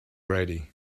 ready